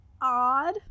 odd